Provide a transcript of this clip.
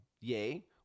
yay